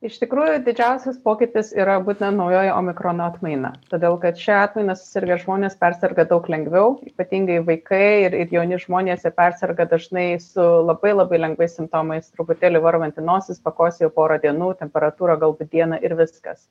iš tikrųjų didžiausias pokytis yra būtent naujoji omikron atmaina todėl kad šia atmaina susirgę žmonės perserga daug lengviau ypatingai vaikai ir ir jauni žmonės jie perserga dažnai su labai labai lengvais simptomais truputėlį varvanti nosis pakosėja porą dienų temperatūra galbūt dieną ir viskas